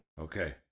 Okay